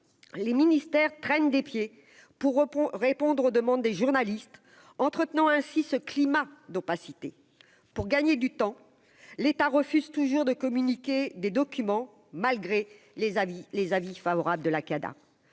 les ministères, traîne des pieds pour répondre aux demandes des journalistes, entretenant ainsi ce climat d'opacité pour gagner du temps, l'État refuse toujours de communiquer des documents malgré les avis, les avis favorable de la Cada,